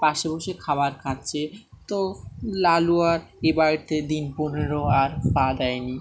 পাশে বসে খাবার খাচ্ছে তো লালু আর এ বাড়িতে দিন পনেরেরও আর পা দেয়নি